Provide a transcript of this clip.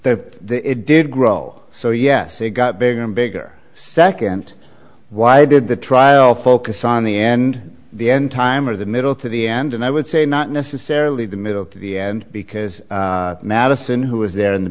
that it did grow so yes it got bigger and bigger second why did the trial focus on the end the end time or the middle to the end and i would say not necessarily the middle to the end because madison who was there in the